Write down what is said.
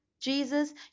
Jesus